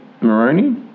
Moroni